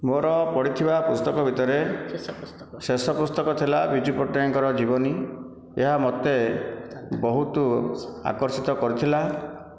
ମୋର ପଢ଼ିଥିବା ପୁସ୍ତକ ଭିତରେ ଶେଷ ପୁସ୍ତକ ଥିଲା ବିଜୁ ପଟ୍ଟନାୟକଙ୍କ ଯିବନି ଏହା ମୋତେ ବହୁତ ଆକର୍ଷିତ କରିଥିଲା